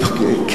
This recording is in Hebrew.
אתה פוגע בתקנון.